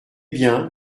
bien